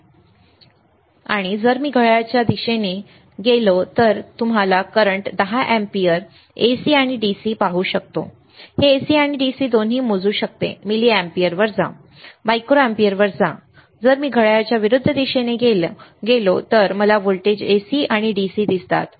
आणि जर मी घड्याळाच्या दिशेने घड्याळाच्या दिशेने गेलो तर मी तुम्हाला करंट 10 एम्पीयर AC आणि DC पाहू शकतो हे AC आणि DC दोन्ही मोजू शकते मिलिअँपीयरवर जा मायक्रो अँपिअरवर जा जर मी घड्याळाच्या विरुद्ध दिशेने गेलो तर मला व्होल्टेज AC आणि DC दिसतात